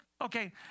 okay